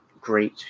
great